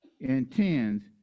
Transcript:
Intends